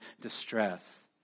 distress